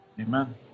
Amen